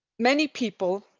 many people,